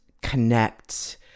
connect